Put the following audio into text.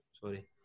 sorry